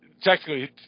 technically